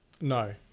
No